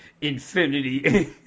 Infinity